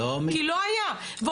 כי לא היה.